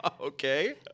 Okay